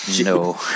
No